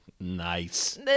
nice